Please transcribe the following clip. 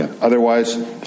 Otherwise